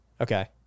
okay